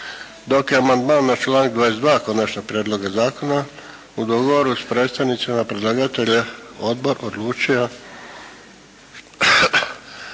dok je amandman na članak 22. Konačnog prijedloga zakona u dogovoru s predstavnicima predlagatelja Odbor odlučio